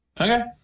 Okay